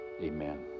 amen